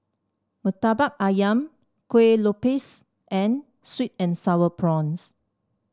Murtabak ayam Kueh Lopes and sweet and sour prawns